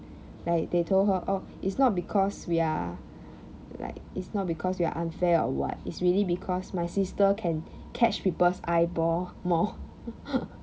like they told her oh it's not because we are like it's not because we are unfair or what it's really because my sister can catch people's eyeball more